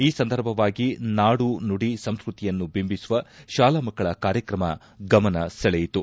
ಈ ಸಂದರ್ಭವಾಗಿ ನಾಡು ನುಡಿ ಸಂಸ್ವತಿಯನ್ನು ಬಿಂಬಿಸುವ ಶಾಲಾ ಮಕ್ಕಳ ಕಾರ್ಯಕ್ರಮ ಗಮನ ಸೆಳೆಯಿತು